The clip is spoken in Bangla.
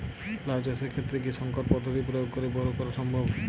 লাও চাষের ক্ষেত্রে কি সংকর পদ্ধতি প্রয়োগ করে বরো করা সম্ভব?